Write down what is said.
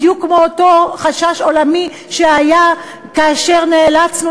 בדיוק כמו אותו חשש עולמי שהיה כאשר נאלצנו